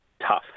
tough